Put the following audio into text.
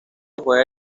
juega